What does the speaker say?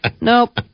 Nope